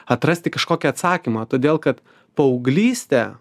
atrasti kažkokį atsakymą todėl kad paauglystė